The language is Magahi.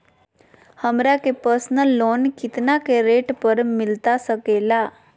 हमरा के पर्सनल लोन कितना के रेट पर मिलता सके ला?